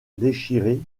déchiré